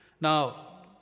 Now